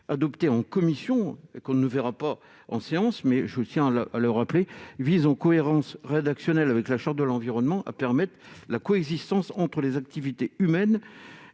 adopté en commission qu'on ne verra pas en séance mais je soutiens le le repli vise en cohérence rédactionnelles avec la charte de l'environnement permette la coexistence entre les activités humaines